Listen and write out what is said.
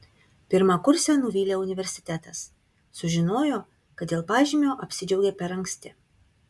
pirmakursę nuvylė universitetas sužinojo kad dėl pažymio apsidžiaugė per anksti